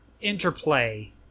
Interplay